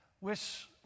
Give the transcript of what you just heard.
wish